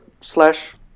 slash